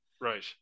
Right